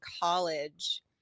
college